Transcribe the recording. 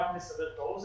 לסבר את האוזן,